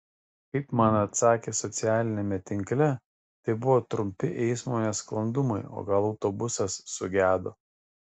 kaip man atsakė socialiniame tinkle tai buvo trumpi eismo nesklandumai o gal autobusas sugedo